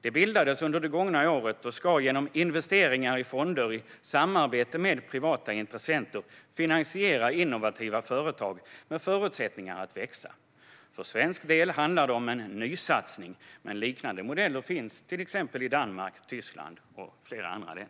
Det bildades under det gångna året och ska genom investeringar i fonder i samarbete med privata intressenter finansiera innovativa företag med förutsättningar att växa. För svensk del handlar det om en nysatsning, men liknande modeller finns i Danmark, Tyskland med fler länder.